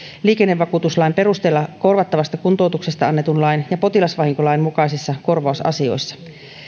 liikennevakuutuslain perusteella korvattavasta kuntoutuksesta annetun lain ja potilasvahinkolain mukaisissa korvausasioissa